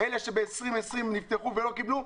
אלה שנפתחו ב-2020 ולא קיבלו,